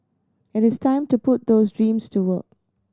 it is time to put those dreams to work